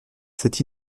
c’est